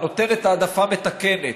נותנת העדפה מתקנת,